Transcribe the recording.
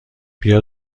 بیا